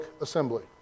assembly